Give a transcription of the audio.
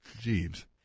Jeeves